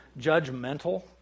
judgmental